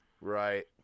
Right